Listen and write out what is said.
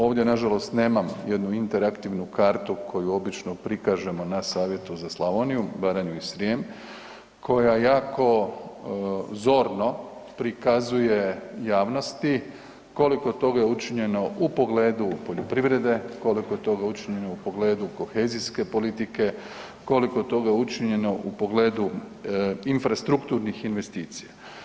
Ovdje nažalost nemam jednu interaktivnu kartu koju obično prikažemo na Savjetu za Slavoniju, Baranju i Srijem koja jako zorno prikazuje javnosti koliko toga je učinjeno u pogledu poljoprivrede, koliko toga je učinjeno u pogledu kohezijske politike, koliko toga je učinjeno u pogledu infrastrukturnih investicija.